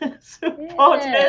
supporters